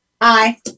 Aye